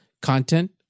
content